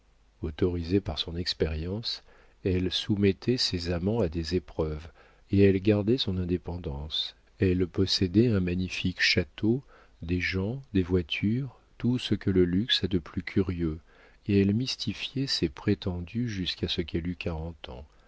autorisée par son expérience elle soumettait ses amants à des épreuves où elle gardait son indépendance elle possédait un magnifique château des gens des voitures tout ce que le luxe a de plus curieux et elle mystifiait ses prétendus jusqu'à ce qu'elle eût quarante ans